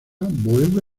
vuelve